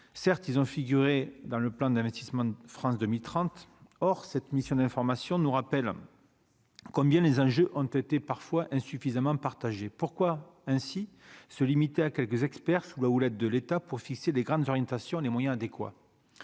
certes ils ont figuré dans le plan d'investissement France 2030, or cette mission d'information, nous rappelle combien les enjeux ont été parfois insuffisamment partagée pourquoi ainsi se limiter à quelques experts sous la houlette de l'État pour fixer les grandes orientations, les moyens adéquats,